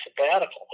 sabbatical